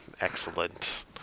Excellent